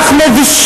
אתי?